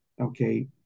okay